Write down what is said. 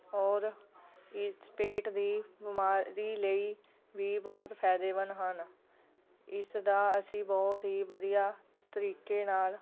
ਔਰ ਇਸ ਪੇਟ ਦੀ ਬਿਮਾਰੀ ਲਈ ਵੀ ਬਹੁਤ ਫਾਇਦੇਮੰਦ ਹਨ ਇਸਦਾ ਅਸੀਂ ਬਹੁਤ ਹੀ ਵਧੀਆ ਤਰੀਕੇ ਨਾਲ